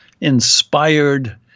inspired